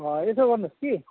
यसो गर्नुहोस् कि